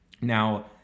Now